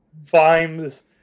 Vimes